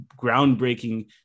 groundbreaking